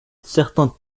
certains